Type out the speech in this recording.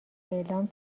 اعلام